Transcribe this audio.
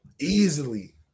Easily